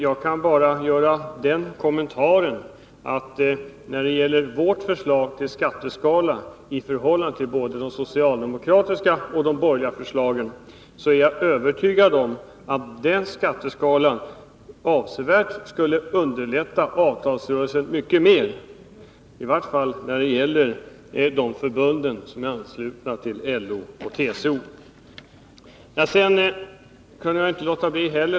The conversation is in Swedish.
Jag kan bara göra den kommentaren att jag är övertygad om att vårt förslag till skatteskalor skulle underlätta avtalsrörelsen mycket mer än både det socialdemokratiska och de borgerliga förslagen. I vart fall när det gäller de förbund som är anslutna till LO och TCO.